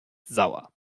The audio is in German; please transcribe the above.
sauer